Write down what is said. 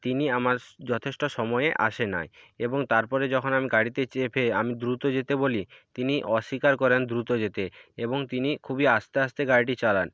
তিনি আমার যথেষ্ট সময়ে আসে নাই এবং তারপরে যখন আমি গাড়িতে চেপে আমি দ্রুত যেতে বলি তিনি অস্বীকার করেন দ্রুত যেতে এবং তিনি খুবই আস্তে আস্তে গাড়িটি চালান